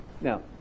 Now